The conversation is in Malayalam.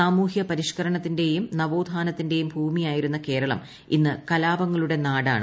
സാമൂഹൃ പരിഷ്കരണത്തിന്റെയും നവോത്ഥാനത്തിന്റെയും ഭൂമിയായിരുന്ന കേരളം ഇന്ന് കലാപങ്ങളുടെ നാടാണ്